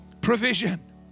Provision